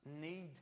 need